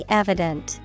evident